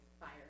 fire